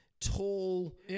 tall